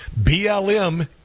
BLM